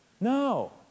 No